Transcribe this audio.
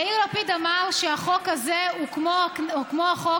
יאיר לפיד אמר שהחוק הזה הוא כמו החוק